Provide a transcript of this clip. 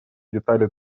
детали